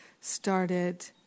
started